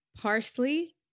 Parsley